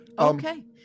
Okay